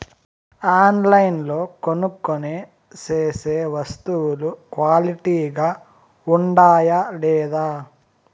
ఆన్లైన్లో కొనుక్కొనే సేసే వస్తువులు క్వాలిటీ గా ఉండాయా లేదా?